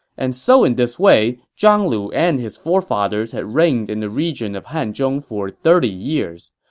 and so in this way, zhang lu and his forefathers had reigned in the region of hanzhong for thirty years.